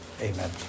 Amen